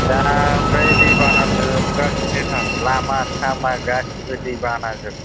दा ओमफ्राय दै बाना लोमगासिनोथार लामा सामा गासिबो दै बानाजोब